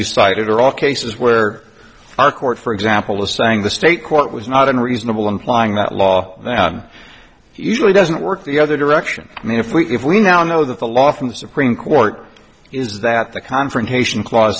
you cited are all cases where our court for example is saying the state court was not unreasonable implying that law that i'm usually doesn't work the other direction i mean if we if we now know that the law from the supreme court is that the confrontation cla